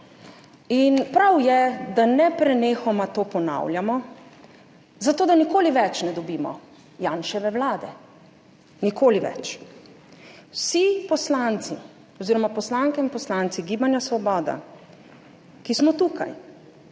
Prav je, da neprenehoma to ponavljamo, zato da nikoli več ne dobimo Janševe vlade. Nikoli več. Vsi poslanci oziroma poslanke in poslanci Gibanja Svoboda, ki smo tukaj,